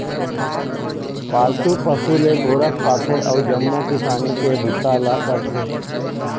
पालतू पशु ले गोरस पाथे अउ जम्मो किसानी के बूता ल करथे